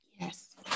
yes